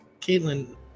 Caitlin